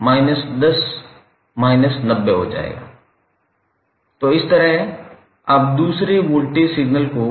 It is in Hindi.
तो इस तरह आप दूसरे वोल्टेज सिग्नल को